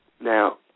Now